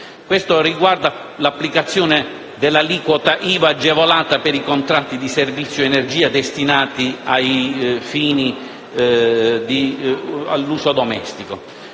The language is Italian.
edifici riguarda l'applicazione dell'aliquota IVA agevolata per i contratti di servizio energia destinati all'uso domestico.